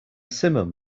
simum